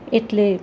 એટલે